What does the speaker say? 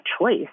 choice